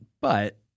But-